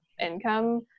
income